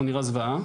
הוא נראה זוועה,